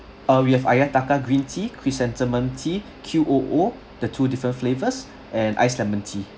uh we have ayataka green tea chrysanthemum tea Q O O the two different flavors and iced lemon tea